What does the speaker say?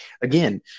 again